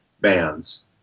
bands